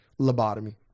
Lobotomy